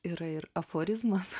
yra ir aforizmas